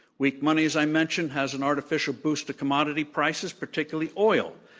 weak money, as i mentioned, has an artificial boost to commodity prices, particularly oil.